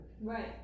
Right